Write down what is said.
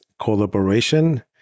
collaboration